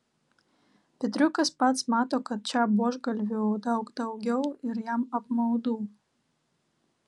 petriukas pats mato kad čia buožgalvių daug daugiau ir jam apmaudu